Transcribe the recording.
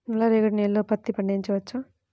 నల్ల రేగడి నేలలో పత్తి పండించవచ్చా?